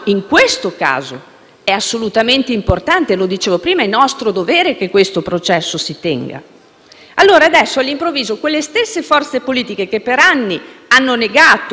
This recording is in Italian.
si tenga. All'improvviso, quelle stesse forze politiche che per anni hanno negato e demonizzato l'immunità parlamentare, adesso smentiscono *in toto*